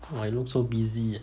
!wah! you look so busy ah